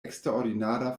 eksterordinara